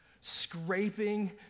scraping